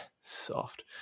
soft